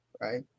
right